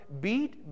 beat